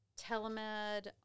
Telemed